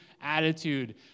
attitude